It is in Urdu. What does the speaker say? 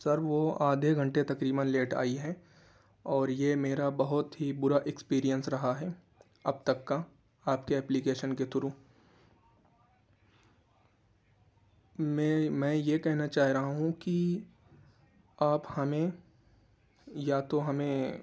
سر وہ آدھے گھنٹے تقریباََ لیٹ آئی ہے اور یہ میرا بہت ہی برا ایکسپیرئنس رہا ہے اب تک کا آپ کے ایپلیکیشن کے تھرو میں میں یہ کہنا چاہ رہا ہوں کہ آپ ہمیں یا تو ہمیں